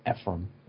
Ephraim